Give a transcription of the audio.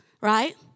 right